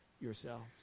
yourselves